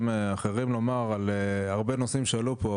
אחרים לומר על הרבה נושאים שעלו פה.